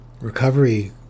recovery